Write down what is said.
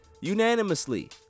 unanimously